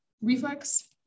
reflex